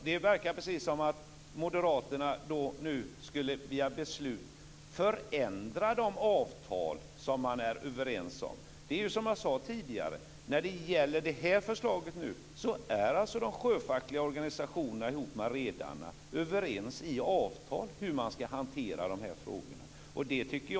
Det verkar som om Moderaterna med hjälp av beslut skall förändra överenskomna avtal. I fråga om det här förslaget har de sjöfackliga organisationerna med redarna kommit överens i avtal om hur de frågorna skall hanteras.